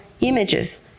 images